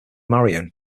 marion